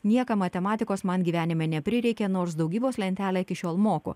niekam matematikos man gyvenime neprireikė nors daugybos lentelę iki šiol moku